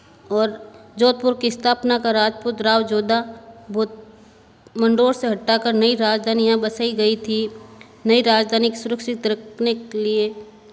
और जोधपुर की स्थापना करा राजपूत राव जोधा बहोत मंडोर से हटा कर नई राजधानी यहाँ बसाई गई थी नई राजधानी सुरक्षित रखने के लिए